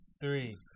three